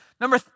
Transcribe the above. Number